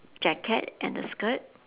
jacket and the skirt